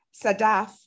Sadaf